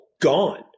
Gone